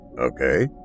Okay